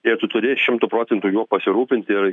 ir tu turi šimtu procentų juo pasirūpinti ir